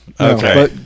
Okay